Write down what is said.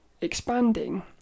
expanding